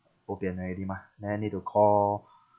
bo pian already mah then I need to call